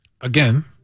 Again